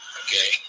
okay